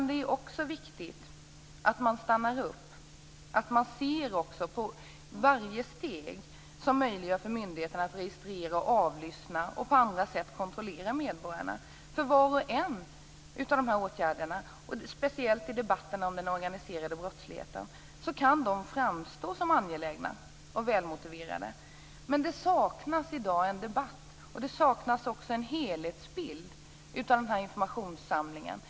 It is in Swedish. Det är också viktigt att man stannar upp och ser varje steg som möjliggör för myndigheterna att registrera, avlyssna och på andra sätt kontrollera medborgarna. Detta gäller speciellt debatten om den organiserade brottsligheten. Var och en av dessa åtgärder kan framstå som angelägna och välmotiverade, men det saknas en debatt om helhetsbilden av informationsinsamlingen i dag.